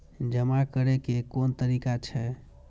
जमा करै के कोन तरीका छै?